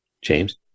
James